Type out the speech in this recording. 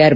R